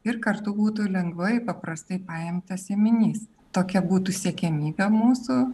ir kartu būtų lengvai paprastai paimtas ėminys tokia būtų siekiamybė mūsų